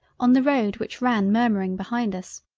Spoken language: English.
on the road which ran murmuring behind us.